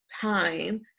time